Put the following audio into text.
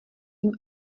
jim